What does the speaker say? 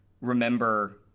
remember